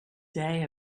day